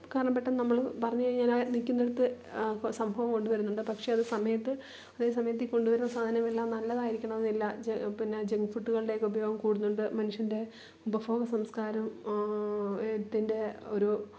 കാരണം പെട്ടെന്ന് നമ്മൾ പറഞ്ഞു കഴിഞ്ഞാൽ ആ നിൽക്കുന്നിടത്ത് ആ സംഭവം കൊണ്ടുവരുന്നുണ്ട് പക്ഷെ അത് സമയത്ത് അതേസമയത്തിൽ കൊണ്ടുവരുന്ന സാധനമെല്ലാം നല്ലതായിരിക്കണമെന്നില്ല പിന്നെ ജങ്ക് ഫുഡുകളുടെയൊക്കെ ഉപയോഗം കൂടുന്നുണ്ട് മനുഷ്യന്റെ മുഖവും സംസ്കാരത്തിന്റെ ഒരു